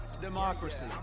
democracy